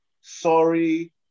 sorry